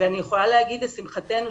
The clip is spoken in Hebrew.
ואני יכולה לומר שלשמחתנו,